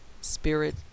spirit